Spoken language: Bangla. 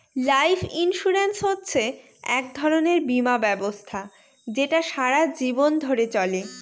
লাইফ ইন্সুরেন্স হচ্ছে এক ধরনের বীমা ব্যবস্থা যেটা সারা জীবন ধরে চলে